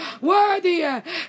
Worthy